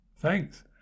Thanks